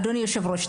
אדוני היושב-ראש,